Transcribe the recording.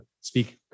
speak